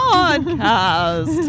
Podcast